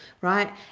right